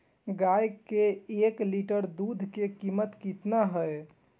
गाय के एक लीटर दूध के कीमत की हय?